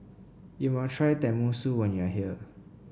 you must try Tenmusu when you are here